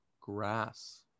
Grass